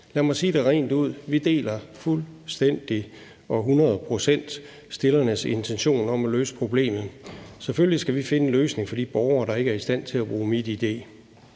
Lad mig sige det rent ud: Vi deler fuldstændig og 100 pct. forslagsstillernes intention om at løse problemet. Selvfølgelig skal vi finde en løsning for de borgere, der ikke er i stand til at bruge MitID.